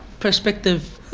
prospective